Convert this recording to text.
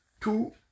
Two